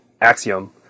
Axiom